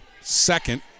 second